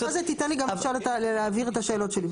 אחרי זה תיתן לי גם להבהיר את השאלות שלי.